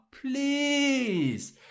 please